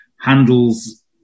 handles